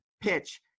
PITCH